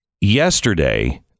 yesterday